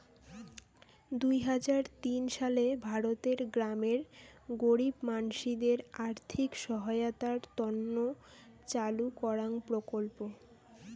দুই হাজার তিন সালে ভারতের গ্রামের গরীব মানসিদের আর্থিক সহায়তার তন্ন চালু করাঙ প্রকল্প